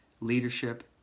leadership